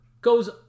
goes